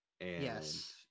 Yes